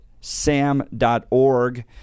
sam.org